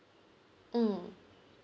mm